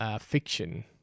fiction